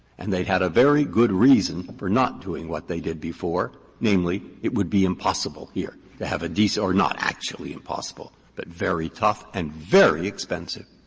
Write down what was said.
and they had a very good reason for not doing what they did before namely, it would be impossible here to have a or not actually impossible, but very tough and very expensive.